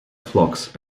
flocks